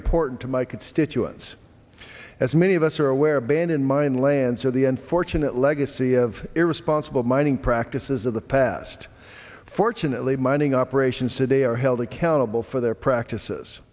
important to my constituent yes as many of us are aware bannan mine lancer the unfortunate legacy of irresponsible mining practices of the past fortunately mining operations today are held accountable for their practices